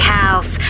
house